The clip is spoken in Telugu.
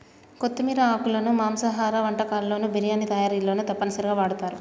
కొత్తిమీర ఆకులను మాంసాహార వంటకాల్లోను బిర్యానీ తయారీలోనూ తప్పనిసరిగా వాడుతారు